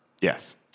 Yes